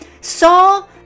saw